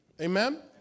Amen